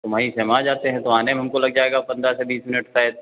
और वही से हम आ जाते हैं आने में हमको लग जायेगा पंद्रह से बीस मिनट शायद